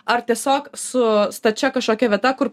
ar tiesiog su stačia kažkokia vieta kur